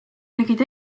tegid